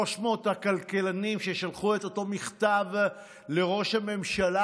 300 הכלכלנים ששלחו את אותו מכתב לראש הממשלה